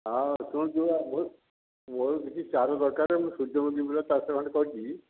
ହଁ ଶୁଣ ତୁ ବା ବହୁତ ମୋର କିଛି ସାର ଦରକାର ମୁଁ ସୂର୍ଯ୍ୟମୁଖୀ ଫୁଲ ଚାଷ ଖଣ୍ଡେ କରିଛି